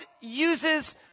uses